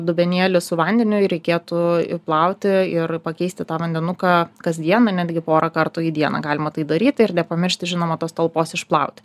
dubenėlį su vandeniu reikėtų nuplauti ir pakeisti tą vandenuką kasdieną netgi porą kartų į dieną galima tai daryti ir nepamiršti žinoma tos talpos išplauti